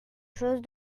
chose